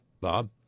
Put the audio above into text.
Bob